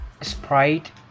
Sprite